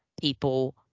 people